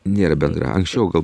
nėra bendra anksčiau gal